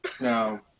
No